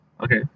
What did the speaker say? Okay